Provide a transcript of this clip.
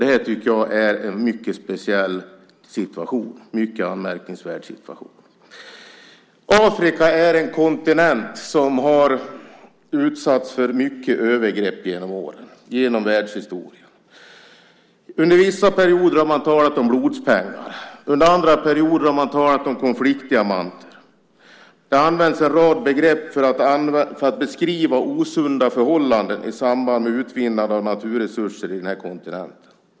Detta tycker jag är en mycket speciell situation, en mycket anmärkningsvärd situation. Afrika är en kontinent som har utsatts för mycket övergrepp genom åren, genom världshistorien. Under vissa perioder har man talat om blodspengar. Under andra perioder har man talat om konfliktdiamanter. En rad begrepp används för att beskriva osunda förhållanden i samband med utvinnandet av naturresurser på den kontinenten.